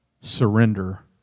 Surrender